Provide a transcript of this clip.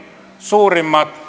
suurimmat